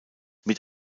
mit